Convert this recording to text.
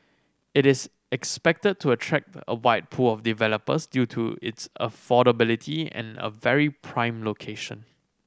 it is expected to attract a wide pool of developers due to its affordability and a very prime location